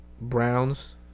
Browns